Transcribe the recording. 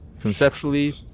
conceptually